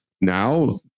Now